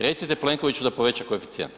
Recite Plenkoviću da poveća koeficijent.